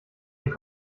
den